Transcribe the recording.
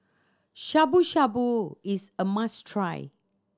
Shabu Shabu is a must try